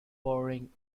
pouring